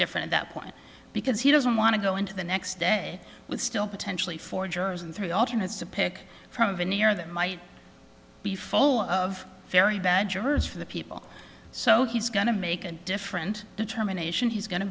different that point because he doesn't want to go into the next day with still potentially four jurors and three alternates to pick from a veneer that might be full of very bad jurors for the people so he's going to make a different determination he's going to